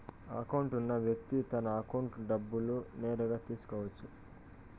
account ఉన్న వ్యక్తి తన అకౌంట్లో డబ్బులు నేరుగా తీసుకోవచ్చు